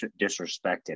disrespected